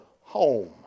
home